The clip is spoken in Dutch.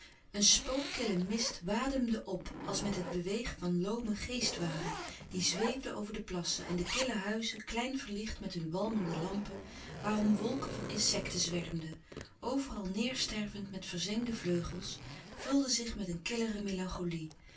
een spookkille mist wademde op als met het beweeg van loome geestwaden die zweefden over de plassen en de kille huizen klein verlicht met hun walmende lampen waarom wolken van insecten zwermden overal neêrstervend met verzengde vleugels vulden zich met een killere melancholie